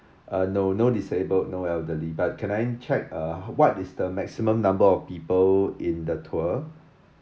uh no no disabled no elderly but can I check uh what is the maximum number of people in the tour